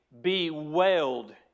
bewailed